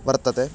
वर्तते